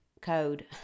code